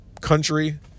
country